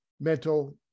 mental